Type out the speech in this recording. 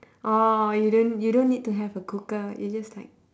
or you don't you don't need to have a cooker you just like